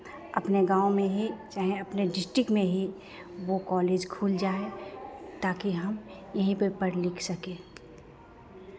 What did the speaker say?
अपने गांव में ही चाहे अपने डिस्ट्रिक में ही वो कॉलेज खुल जाए ताकि हम यहीं पे पढ़ लिख सकें